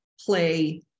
play